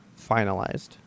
finalized